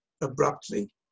abruptly